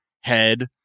head